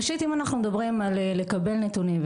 ראשית אם אנחנו מדברים על לקבל נתונים,